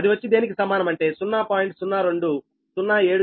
అది వచ్చి దేనికి సమానం అంటే 0